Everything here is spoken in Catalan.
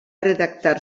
redactar